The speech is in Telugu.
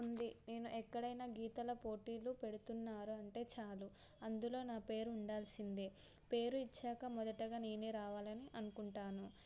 ఉంది నేను ఎక్కడైనా గీతల పోటీలు పెడుతున్నారు అంటే చాలు అందులో నా పేరు ఉండాల్సిందే పేరు ఇచ్చాక మొదటగా నేనే రావాలని అనుకుంటాను